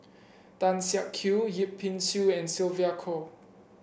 Tan Siak Kew Yip Pin Xiu and Sylvia Kho